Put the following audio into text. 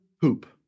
hoop